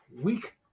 week